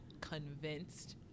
convinced